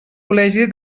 col·legi